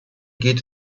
geht